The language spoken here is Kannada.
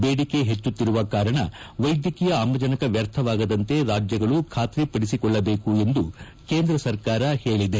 ಬೇಡಿಕೆ ಪೆಚ್ಚುತ್ತಿರುವ ಕಾರಣ ವೈದ್ಯಕೀಯ ಆಮ್ಲಜನಕ ವ್ಯರ್ಥವಾಗದಂತೆ ರಾಜ್ಲಗಳು ಖಾತ್ರಿ ಪಡಿಸಿಕೊಳ್ಳಬೇಕು ಎಂದು ಕೇಂದ್ರ ಸರ್ಕಾರ ತಿಳಿಸಿದೆ